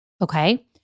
okay